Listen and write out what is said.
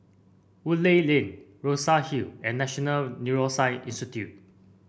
Woodleigh Lane Rosa Hall and National Neuroscience Institute